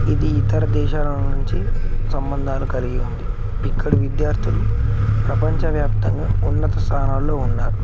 ఇది ఇతర దేశాల నుంచి సంబంధాలు కలిగి ఉంది ఇక్కడ విద్యార్థులు ప్రపంచవ్యాప్తంగా ఉన్నత స్థానాల్లో ఉన్నారు